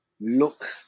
look